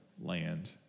land